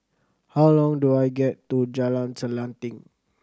how long do I get to Jalan Selanting